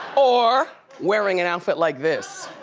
or wearing an outfit like this.